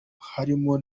harimo